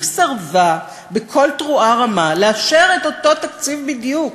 סירבה בקול תרועה רמה לאפשר את אותו תקציב בדיוק.